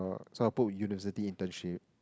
so I put university internship